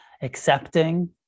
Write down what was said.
accepting